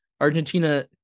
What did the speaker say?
Argentina